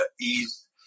East